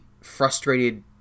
frustrated